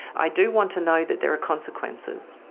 i do want to know that there are consequences.